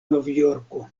novjorko